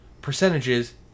percentages